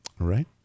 Right